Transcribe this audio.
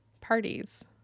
Parties